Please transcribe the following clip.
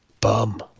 Bum